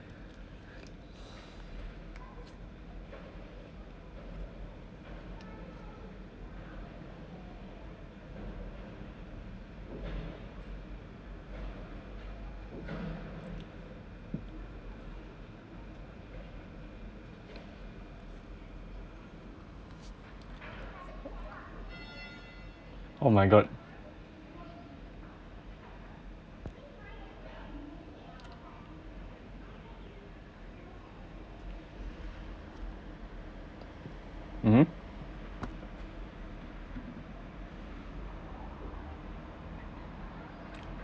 oh my god mmhmm